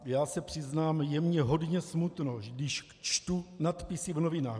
Já se přiznám, je mi hodně smutno, když čtu nadpisy v novinách.